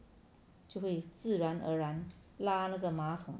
就会自然而然拉那个个马桶